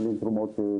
מסכם,